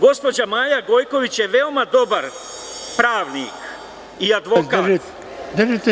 Gospođa Maja Gojković je veoma dobar pravnik i advokat…